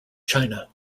china